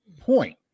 point